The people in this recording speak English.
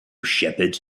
shepherds